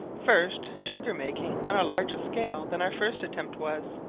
first, sugar-making on a larger scale than our first attempt was,